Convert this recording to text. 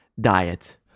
Diet